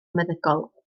meddygol